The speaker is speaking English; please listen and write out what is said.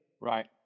Right